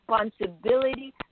responsibility